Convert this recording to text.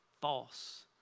false